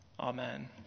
Amen